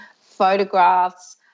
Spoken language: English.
photographs